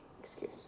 excuse